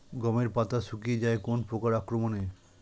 গমের পাতা শুকিয়ে যায় কোন পোকার আক্রমনে?